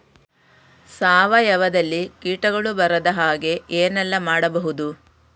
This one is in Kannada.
ಸಾವಯವದಲ್ಲಿ ಕೀಟಗಳು ಬರದ ಹಾಗೆ ಏನೆಲ್ಲ ಮಾಡಬಹುದು?